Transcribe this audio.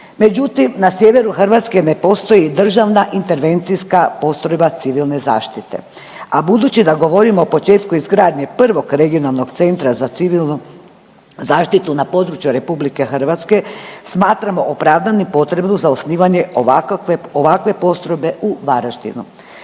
Međutim, na sjeveru Hrvatske ne postoji državna intervencijska postrojba civilne zaštite, a budući da govorimo o početku izgradnje prvog regionalnog centra za civilnu zaštitu na području RH smatramo opravdanim potrebu za osnivanje ovakve postrojbe u Varaždinu.